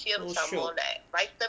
so shiok